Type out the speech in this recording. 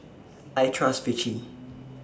I Trust Vichy